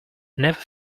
never